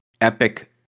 epic